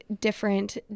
different